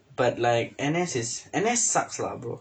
but like N_S is N_S sucks lah bro